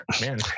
man